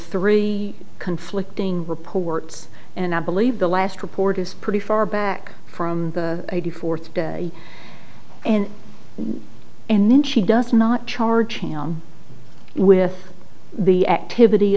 three conflicting reports and i believe the last report is pretty far back from the eighty fourth day and and then she does not charge him with the activity